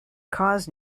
cause